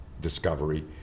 discovery